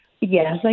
Yes